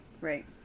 Right